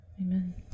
amen